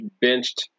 benched